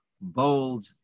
bold